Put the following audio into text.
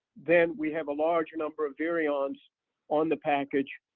then we have a large number of virions on the package,